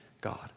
God